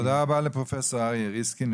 תודה לפרופסור אריה ריסקין,